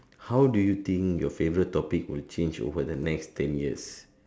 how do you think your favourite topic will change over the next ten years